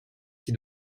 qui